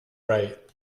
right